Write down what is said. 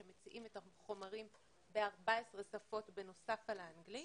שם מציעים את החומרים ב-14 שפות בנוסף לשפה האנגלית.